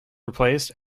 replaced